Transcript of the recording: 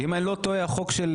אם אני לא טועה, החוק של